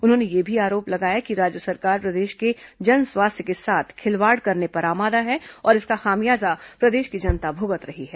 उन्होंने यह भी आरोप लगाया कि राज्य सरकार प्रदेश के जनस्वास्थ्य के साथ खिलवाड़ करने पर आमादा है और इसका खामियाजा प्रदेश की जनता भुगत रही है